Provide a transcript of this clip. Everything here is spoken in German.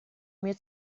mir